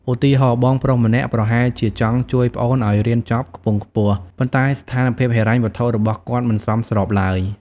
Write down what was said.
ឧទាហរណ៍ បងប្រុសម្នាក់ប្រហែលជាចង់ជួយប្អូនឱ្យរៀនចប់ខ្ពង់ខ្ពស់ ប៉ុន្តែស្ថានភាពហិរញ្ញវត្ថុរបស់គាត់មិនសមស្របឡើយ។